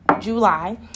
July